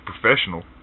professional